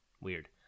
weird